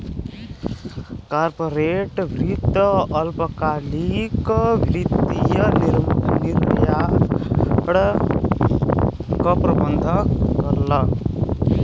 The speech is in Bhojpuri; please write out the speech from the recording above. कॉर्पोरेट वित्त अल्पकालिक वित्तीय निर्णय क प्रबंधन करला